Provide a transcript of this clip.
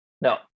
No